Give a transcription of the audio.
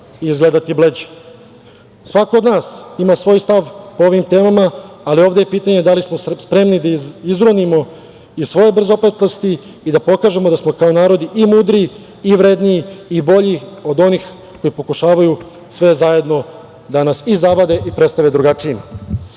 izgledati bleđe. Svako od nas ima svoj stav po ovim temama, ali ovde je pitanje da li smo spremni da izronimo iz svoje brzopletosti i da pokažemo da smo kao narod i mudri i vredni i bolji od onih koji pokušavaju sve zajedno da nas i zavade i predstave drugačijima. Zato